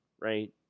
right